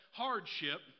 hardship